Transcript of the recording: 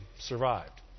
survived